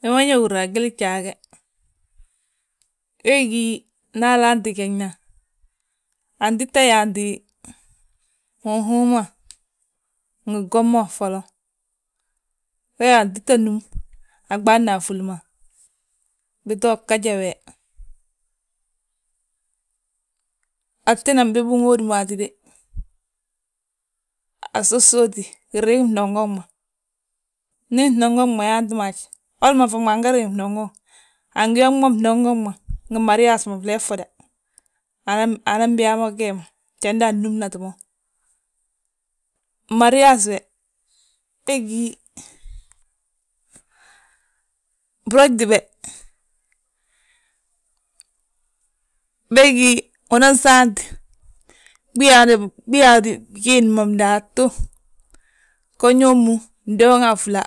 Wi ma ñe húrna a gwil gjaa ge, wee gí nda alaante gegna, antíta yaati, huhuŋ mangi gwom ma foloŋ. Wee wa atita núm, a ɓaalna a fúli ma, bito gaja we, atina bibi ŋóodi mo hatíde, asosooti, gi riŋi fnongoŋ ma. Ndi fnongoŋ ma yaati mo haj. Woli ma faŋ ma ange riŋ fnnogoŋ, angi yooŋ mo fnnogoŋ ma, ngi mariyasi ma flee ffoda. Anan biyaa mo gee ma, jandi annúmnati mo. Mariyasi we, we gí, brogdi be, bégi, unan saant, biyaadi bigiindi ma bindaatu go ñóo mu, ndooŋa afúla.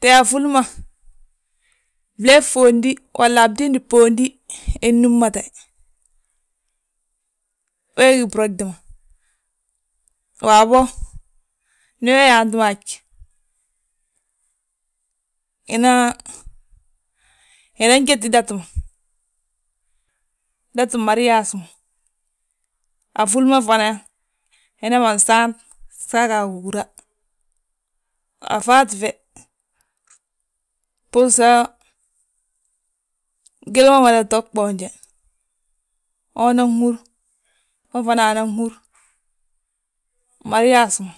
Tée afúli ma, flee fondi, walla a bdiindi bóondi innúmte, wee gí brogdi ma. Waabo, ndi we yaanti mo haj, unan jéti dati ma, datin mariyasi ma. Afúli ma fana, himanan saant, sa aga gihúra, a fwaati fe, bbusan gwili ma mada to gboonje. Honan húr, ho fana nan húr, mariage ma.